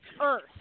earth